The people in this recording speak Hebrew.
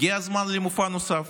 הגיע הזמן למופע נוסף